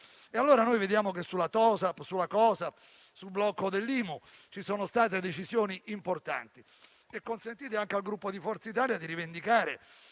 essere. Vediamo così che sulla TOSAP, sulla COSAP, sul blocco dell'IMU ci sono state decisioni importanti e consentite anche a noi del Gruppo Forza Italia di rivendicare